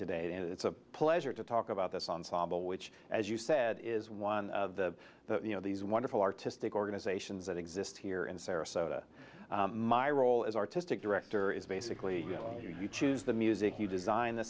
today and it's a pleasure to talk about this on sabah which as you said is one of the you know these wonderful artistic organizations that exist here in sarasota my role as artistic director is basically you know you choose the music you design the